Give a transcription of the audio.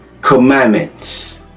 commandments